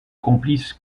complices